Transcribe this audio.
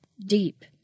deep